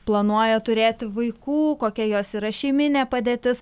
planuoja turėti vaikų kokia jos yra šeiminė padėtis